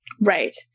right